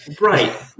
Right